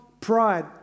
pride